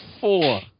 four